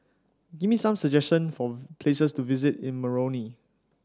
give me some suggestion for places to visit in Moroni